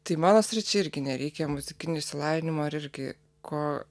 tai mano sričiai irgi nereikia muzikinio išsilavinimo ir irgi ko